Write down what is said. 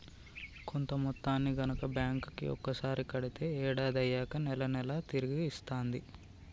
కొంత మొత్తాన్ని గనక బ్యాంక్ కి ఒకసారి కడితే ఏడాది అయ్యాక నెల నెలా తిరిగి ఇస్తాంది